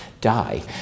die